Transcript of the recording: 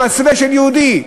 במסווה של יהודי.